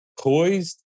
poised